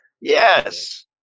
Yes